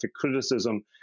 criticism